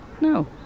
no